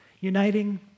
uniting